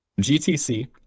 gtc